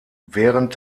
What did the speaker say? während